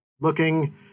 looking